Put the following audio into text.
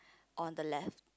on the left